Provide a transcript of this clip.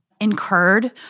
incurred